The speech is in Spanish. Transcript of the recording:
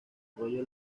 arroyo